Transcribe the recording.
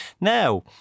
Now